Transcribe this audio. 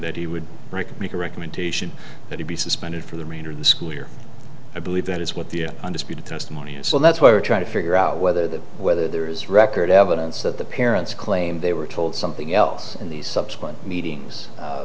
that he would break and make a recommendation that he be suspended for the remainder of the school year i believe that is what the undisputed testimony is so that's why we're trying to figure out whether that whether there is record evidence that the parents claim they were told something else in these subsequent meetings